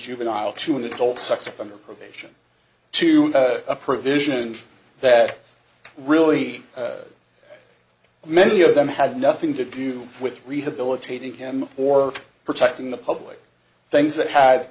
juvenile to an adult sex offender probation to a provision that really many of them had nothing to do with rehabilitating him or protecting the public things that had